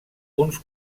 uns